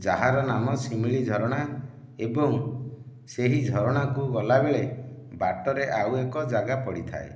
ଯାହାର ନାମ ଶିମିଳି ଝରଣା ଏବଂ ସେହି ଝରଣାକୁ ଗଲାବେଳେ ବାଟରେ ଆଉ ଏକ ଜାଗା ପଡ଼ିଥାଏ